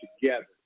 together